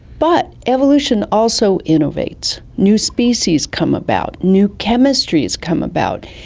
but evolution also innovates. new species come about, new chemistries come about.